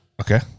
Okay